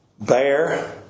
bear